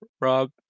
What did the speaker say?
rob